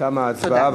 תמה ההצבעה.